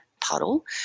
puddle